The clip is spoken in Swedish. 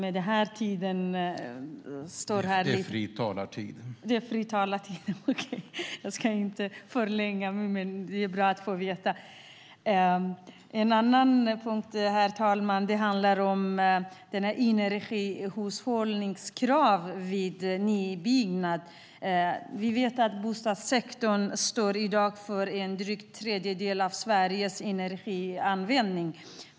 En annan viktig fråga är energihushållningskrav vid nybyggnad. Vi vet att bostadssektorn i dag står för en dryg tredjedel av Sveriges energianvändning.